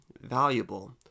valuable